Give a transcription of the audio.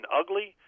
ugly